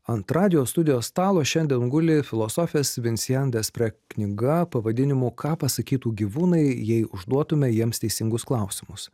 ant radijo studijos stalo šiandien guli filosofijos vincian despre knyga pavadinimu ką pasakytų gyvūnai jei užduotume jiems teisingus klausimus